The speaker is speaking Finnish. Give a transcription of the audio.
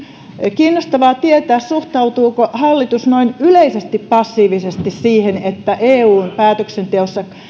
kiinnostavaa tietää suhtautuuko hallitus noin yleisesti passiivisesti siihen että eun päätöksenteossa